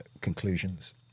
conclusions